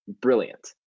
brilliant